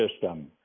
system